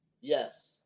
Yes